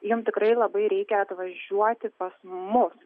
jiem tikrai labai reikia atvažiuoti pas mus